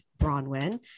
Bronwyn